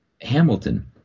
Hamilton